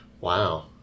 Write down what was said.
Wow